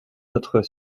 notre